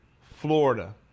Florida